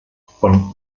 von